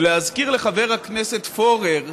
ולהזכיר לחבר הכנסת פורר